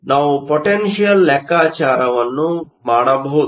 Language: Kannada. ಆದ್ದರಿಂದ ನಾವು ಪೊಟೆನ್ಷಿಯಲ್ ಲೆಕ್ಕಾಚಾರ ಮಾಡಬಹುದು